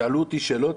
שאלו אותי שאלות,